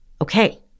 Okay